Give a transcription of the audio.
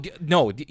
no